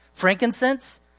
frankincense